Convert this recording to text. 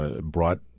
brought